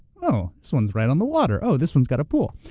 oh, this one's right on the water. oh this one's got a pool.